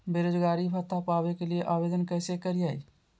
बेरोजगारी भत्ता पावे के लिए आवेदन कैसे करियय?